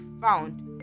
found